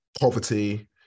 poverty